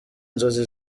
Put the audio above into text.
inzozi